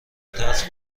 ترس